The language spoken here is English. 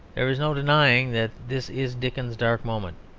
there is no denying that this is dickens's dark moment.